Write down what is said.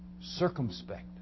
circumspect